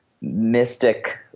mystic